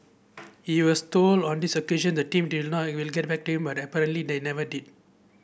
he was told on these occasion that the team will get back to him but apparently they never did